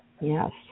Yes